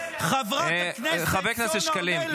שלכם חברת הכנסת סון הר מלך ----- חבר הכנסת שקלים,